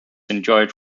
enjoyed